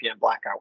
blackout